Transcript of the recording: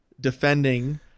defending